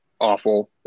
awful